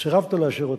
סירבת לאשר אותה?